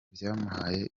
byamuhaye